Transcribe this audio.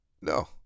No